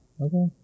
Okay